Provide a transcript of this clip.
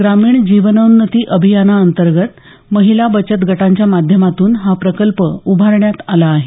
ग्रामीण जीवनोन्नती अभियानाअंतगंत महिला बचत गटांच्या माध्यमातून हा प्रकल्प उभारण्यात आला आहे